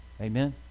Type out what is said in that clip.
Amen